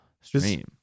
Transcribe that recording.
stream